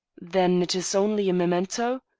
then it is only a memento,